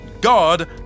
God